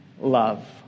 love